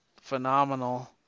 phenomenal